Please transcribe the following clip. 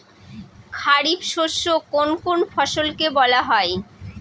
খারিফ শস্য কোন কোন ফসলকে বলা হয়?